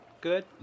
good